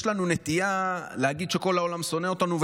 יש לנו נטייה להגיד שכל העולם שונא אותנו,